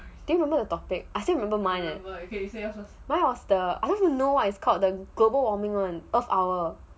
do you remember the topic I still remember mine eh mine was the I want to know what is called the global warming [one] earth hour